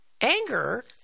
Anger